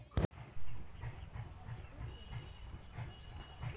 क्या online application में रुपया जाने का कोई डर तो नही है?